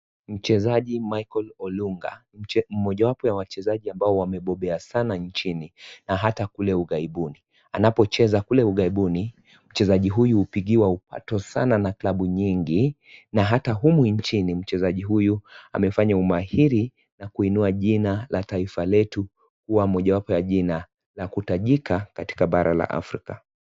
Mchezaji Michael Olunga, mmojawapo wa mchezaji ambao wamebobea sana nchini na hata kule Ugaibuni. Anapo mcheza kule Ugaibuni, mchezaji huyu upigiwa upato sana na klabu nyingi, na hata humu nchini mchezaji huyu hamefanya umahiri, na kuinua jina la taifa letu kuwa mmojawapo ya jina la kutajika katika bara la Afrika.